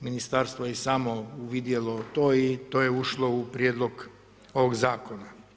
Ministarstvo je i samo uvidjelo to i to je ušlo u prijedlog ovog Zakona.